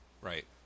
right